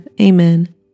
Amen